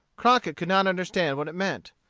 crockett could not understand what it meant.